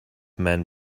men